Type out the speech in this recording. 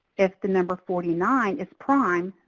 if the number forty nine is prime,